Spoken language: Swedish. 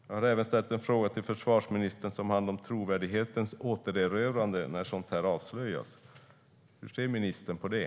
Jag har även ställt en fråga till försvarsministern om återerövrande av trovärdigheten när sådant här avslöjas. Hur ser ministern på det?